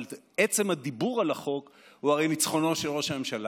אבל עצם הדיבור על החוק הוא הרי ניצחונו של ראש הממשלה.